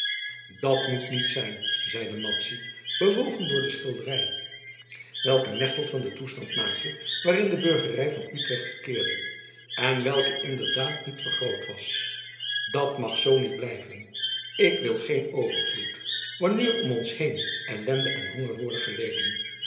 dat moet niet zijn zeide madzy bewogen door de schilderij welke mechtelt van den toestand maakte waarin de burgerij van utrecht verkeerde en welke inderdaad niet vergroot was dat mag zoo niet blijven ik wil geen overvloed wanneer om ons heen ellende en honger worden geleden